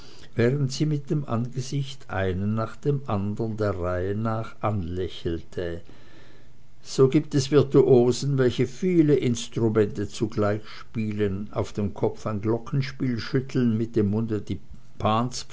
während sie mit dem angesicht einen nach dem andern der reihe nach anlächelte so gibt es virtuosen welche viele instrumente zugleich spielen auf dem kopfe ein glockenspiel schütteln mit dem munde